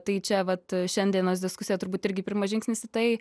tai čia vat šiandienos diskusija turbūt irgi pirmas žingsnis į tai